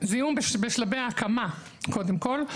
זיהום בשלבי ההקמה קודם כל,